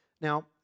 Now